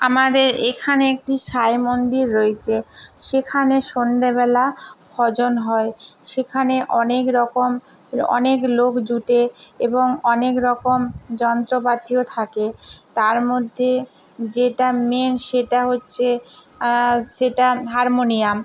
আমাদের এখানে একটি সাঁই মন্দির রয়েছে সেখানে সন্ধ্যেবেলা ভজন হয় সেখানে অনেক রকম অনেক লোক জুটে এবং অনেক রকম যন্ত্রপাতিও থাকে তার মধ্যে যেটা মেন সেটা হচ্ছে সেটা হারমোনিয়াম